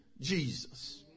Jesus